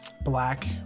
black